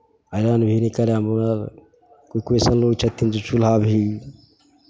iron भी नहि करय पड़ल कोइ कोइ अइसन लोक छथिन जे चूल्हा भी